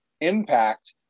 Impact